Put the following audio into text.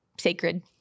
sacred